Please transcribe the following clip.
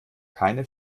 keine